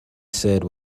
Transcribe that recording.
said